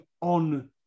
on